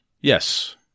Yes